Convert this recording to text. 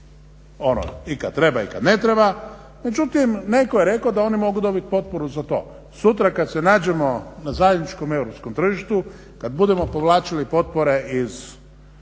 i kada treba i kada ne treba, međutim netko je rekao da oni mogu dobiti potporu za to. sutra kada se nađemo na zajedničkom europskom tržištu kada budemo povlačili potpore iz